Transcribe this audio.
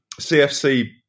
CFC